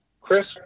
Chris